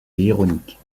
ironique